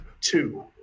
two